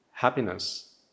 happiness